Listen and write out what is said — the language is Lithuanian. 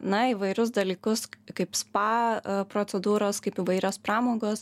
na įvairius dalykus kaip spa procedūros kaip įvairios pramogos